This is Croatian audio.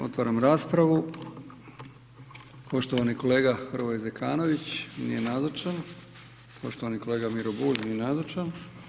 Otvaram raspravu, poštovani kolega Hrvoje Zekanović, nije nazočan, poštovani kolega Miro Bulj, nije nazočan.